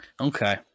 Okay